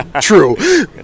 true